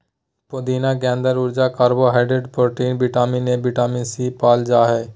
पुदीना के अंदर ऊर्जा, carbohydrate, protein, vitamin A, vitamin C, पाल जा हइ